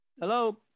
Hello